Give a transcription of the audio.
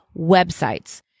websites